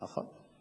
נכון.